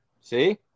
See